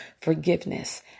forgiveness